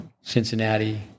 Cincinnati